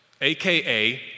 AKA